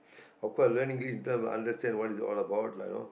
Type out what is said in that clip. of course learn english in term of understand what it is all about lah you know